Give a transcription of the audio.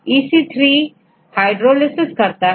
EC3 hydrolysis करता है